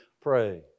pray